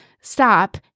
stop